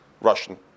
Russian